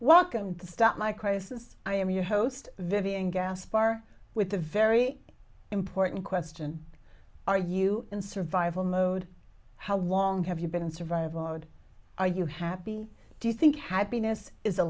welcome to stop my crisis i am your host vivian jaspar with a very important question are you in survival mode how long have you been in survival mode are you happy do you think happiness is a